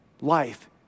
life